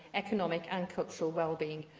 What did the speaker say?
economic and cultural well-being.